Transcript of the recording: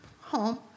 home